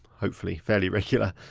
hopefully, fairly regular.